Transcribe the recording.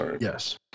yes